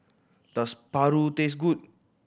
does paru taste good